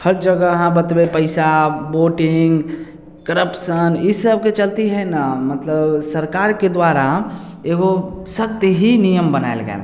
हर जगह अहाँ बटबै पैसा बोटिंग करप्शन इसबके चलते हइ ने मतलब सरकारके द्वारा एगो शक्तिहीन नियम बनायल गेल